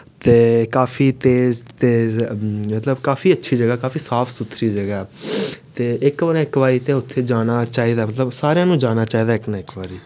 ते काफी तेज तेज मतलब काफी अच्छी जगह काफी साफ सुथरी जगह ऐ ते इक नां इक बारी ते उत्थै जाना चाहिदा मतलब सारें गी जाना चाहिदा इक नां इक बारी